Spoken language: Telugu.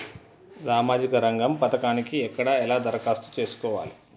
సామాజిక రంగం పథకానికి ఎక్కడ ఎలా దరఖాస్తు చేసుకోవాలి?